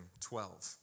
Twelve